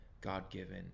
God-given